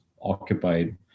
occupied